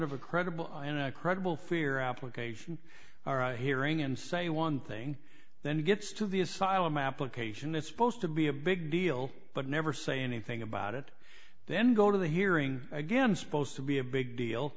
of a credible and credible fear application hearing and say one thing then it gets to the asylum application it's supposed to be a big deal but never say anything about it then go to the hearing again supposed to be a big deal